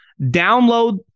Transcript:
Download